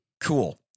Cool